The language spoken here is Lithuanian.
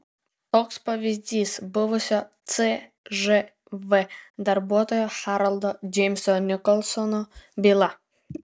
toks pavyzdys buvusio cžv darbuotojo haroldo džeimso nikolsono byla